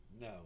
No